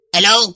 Hello